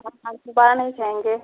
हाँ दोबारा नहीं कहेंगे